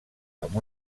amb